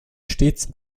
stets